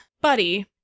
Buddy